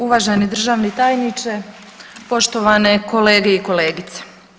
Uvaženi državni tajniče, poštovane kolege i kolegice.